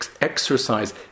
exercise